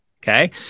Okay